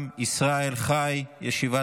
(תשלום גמלת ילד נכה בעד ילד שמושם